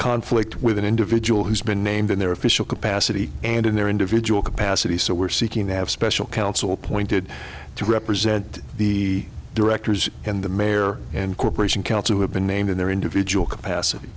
conflict with an individual who's been named in their official capacity and in their individual capacity so we're seeking to have special counsel appointed to represent the directors and the mayor and corporation council have been named in their individual capacity